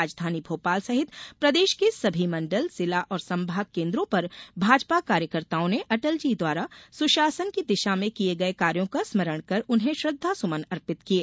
राजधानी भोपाल सहित प्रदेश के सभी मण्डल जिला और संभाग केन्द्रों पर भाजपा कार्यकर्ताओं ने अटल जी द्वारा सुशासन की दिशा में किये गये कार्यो का स्मरण कर उन्हें श्रद्वासुमन अर्पित किये